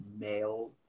male